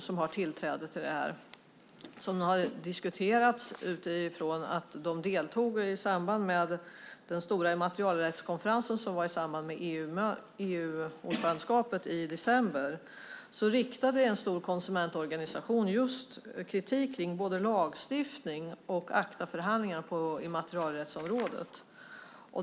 Det har diskuterats utifrån det faktum att konsumentorganisationer deltog i samband med den stora immaterialrättskonferens som hölls i samband med EU-ordförandeskapet i december. Då riktade en stor konsumentorganisation just kritik mot både lagstiftning och ACTA-förhandlingar på immaterialrättsområdet.